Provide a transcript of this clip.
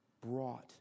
brought